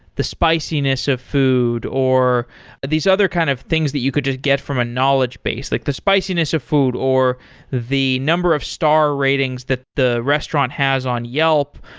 the spiciness of food, or these other kind of things that you could just get from a knowledge base. like the spiciness of food or the number of star ratings that the restaurant has on yelp,